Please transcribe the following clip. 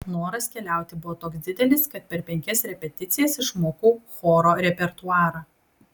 noras keliauti buvo toks didelis kad per penkias repeticijas išmokau choro repertuarą